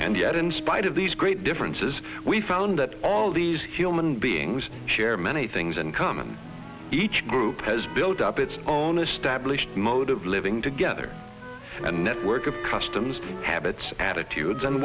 and yet in spite of these great differences we found that all these human beings share many things in common each group has built up its own established mode of living together a network of customs habits attitudes and